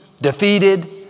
defeated